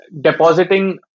Depositing